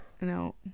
No